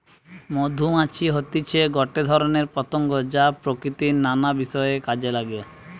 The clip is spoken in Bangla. মধুমাছি হতিছে গটে ধরণের পতঙ্গ যা প্রকৃতির নানা বিষয় কাজে নাগে